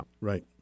right